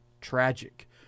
tragic